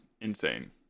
insane